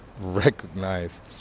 recognize